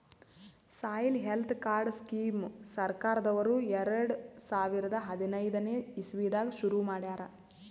soil health card scheme ಸರ್ಕಾರ್ದವ್ರು ಎರಡ ಸಾವಿರದ್ ಹದನೈದನೆ ಇಸವಿದಾಗ ಶುರು ಮಾಡ್ಯಾರ್